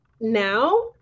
now